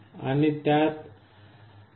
आणि त्यात 0